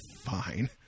fine